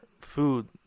food